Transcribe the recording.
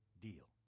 deal